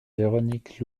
véronique